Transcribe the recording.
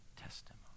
testimony